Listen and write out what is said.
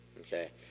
okay